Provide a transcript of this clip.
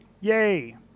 Yay